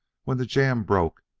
when the jam broke,